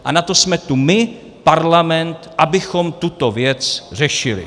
A na to jsme tu my, parlament, abychom tuto věc řešili.